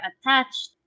attached